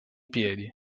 piedi